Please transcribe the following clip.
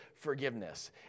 forgiveness